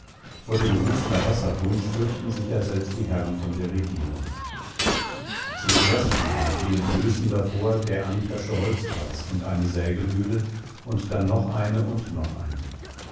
vor dem rußner wasserpunsch fürchten sich ja selbst die herren von der regierung zuerst mit den vielen flößen davor der anckersche holzplatz und eine sägemühle und dann noch eine und noch eine